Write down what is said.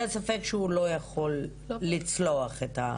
היה ספק שהוא לא יכול היה לצלוח את ההליך,